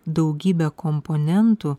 daugybe komponentų